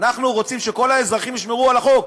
אנחנו רוצים שכל האזרחים ישמרו על החוק.